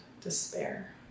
despair